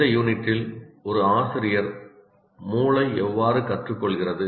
இந்த யூனிட்டில் ஒரு ஆசிரியர் 'மூளை எவ்வாறு கற்றுக் கொள்கிறது